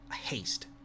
haste